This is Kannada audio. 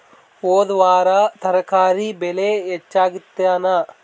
ಹೊದ ವಾರ ತರಕಾರಿ ಬೆಲೆ ಹೆಚ್ಚಾಗಿತ್ತೇನ?